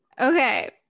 Okay